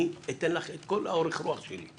אני אתן לך את כל אורך הרוח שלי.